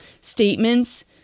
statements